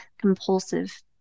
compulsive